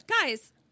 Guys